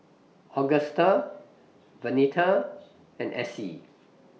Augusta Venita and Essie